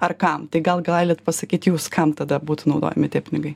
ar kam tai gal galit pasakyti jūs kam tada būtų naudojami tie pinigai